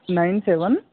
nine seven